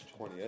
20th